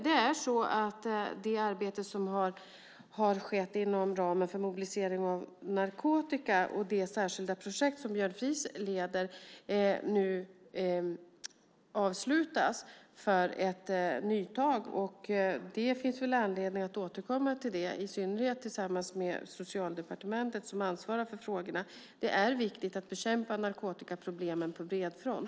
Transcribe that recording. Det arbete som har skett inom ramen för Mobilisering mot narkotika och det särskilda projekt som Björn Fries leder avslutas nu för ett nytag. Det finns anledning att återkomma till det, i synnerhet tillsammans med Socialdepartementet, som ansvarar för frågorna. Det är viktigt att bekämpa narkotikaproblemen på bred front.